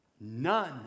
none